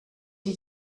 die